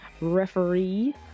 referee